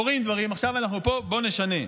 קורים דברים, עכשיו אנחנו פה, בוא נשנה.